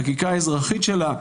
החקיקה האזרחית שלה,